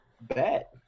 Bet